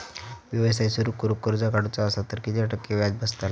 व्यवसाय सुरु करूक कर्ज काढूचा असा तर किती टक्के व्याज बसतला?